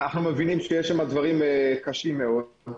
אנחנו מבינים שיש שם דברים קשים מאוד.